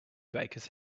bakers